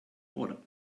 order